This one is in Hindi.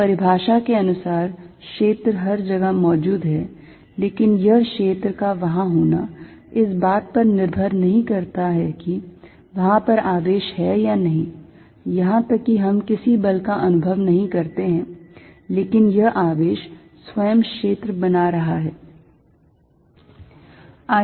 तो परिभाषा के अनुसार क्षेत्र हर जगह मौजूद है लेकिन यह क्षेत्र का वहां होना इस बात पर निर्भर नहीं करता है कि वहां पर आवेश है या नहीं यहां तक की हम किसी बल का अनुभव नहीं करते हैं लेकिन यह आवेश स्वयं क्षेत्र बना रहा है